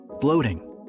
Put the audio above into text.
bloating